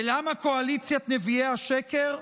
ולמה קואליציית נביאי השקר?